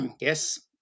Yes